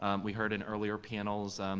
um we heard in earlier panels,